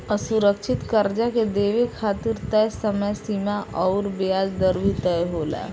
असुरक्षित कर्जा के देवे खातिर तय समय सीमा अउर ब्याज दर भी तय होला